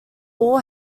all